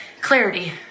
clarity